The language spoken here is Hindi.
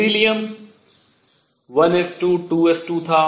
बेरिलियम 1S22S2 था